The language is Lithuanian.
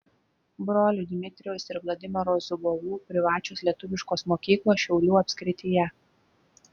brolių dmitrijaus ir vladimiro zubovų privačios lietuviškos mokyklos šiaulių apskrityje